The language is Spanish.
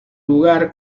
lugar